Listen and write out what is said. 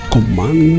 Command